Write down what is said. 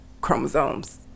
chromosomes